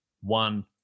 one